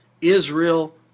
Israel